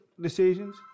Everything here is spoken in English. decisions